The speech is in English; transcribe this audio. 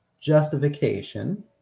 justification